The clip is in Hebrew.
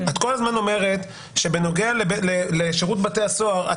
את כל הזמן אומרת שבנוגע לשירות בתי הסוהר את